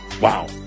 Wow